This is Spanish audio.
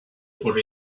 por